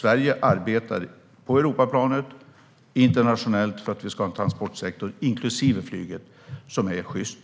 Sverige arbetar på Europaplanet och internationellt för att vi ska ha en transportsektor, inklusive flyget, som är sjyst.